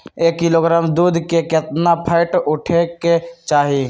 एक किलोग्राम दूध में केतना फैट उठे के चाही?